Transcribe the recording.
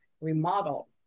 remodel